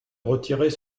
retirer